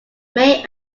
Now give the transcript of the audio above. may